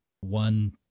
one